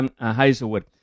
Hazelwood